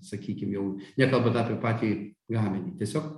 sakykim jau nekalbant apie patį gaminį tiesiog